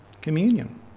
Communion